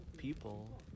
people